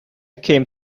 came